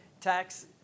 tax